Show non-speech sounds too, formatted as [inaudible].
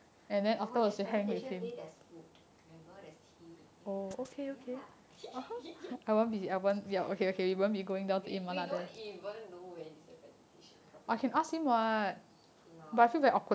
no there's presentation day there's food remember there's tea ya ya [laughs] we we don't even know when is the presentation probably okay lor